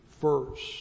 first